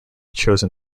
chosen